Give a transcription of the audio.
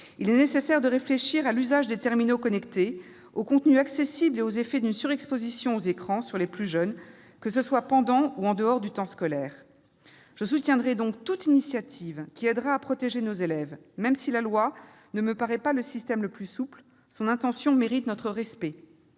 il est nécessaire de réfléchir à l'usage des terminaux connectés, aux contenus accessibles et aux effets d'une surexposition aux écrans pour les plus jeunes, que ce soit pendant le temps scolaire ou en dehors. Je soutiendrai donc toute initiative qui contribuera à protéger nos élèves. Même si la loi ne me paraît pas être le véhicule le plus souple, l'intention des auteurs